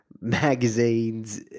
magazines